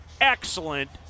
excellent